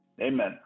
Amen